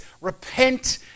repent